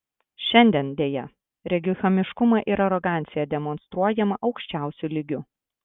šiandien deja regiu chamiškumą ir aroganciją demonstruojamą aukščiausiu lygiu